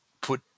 put